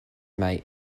mate